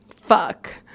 fuck